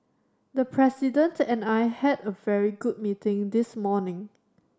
the President and I had a very good meeting this morning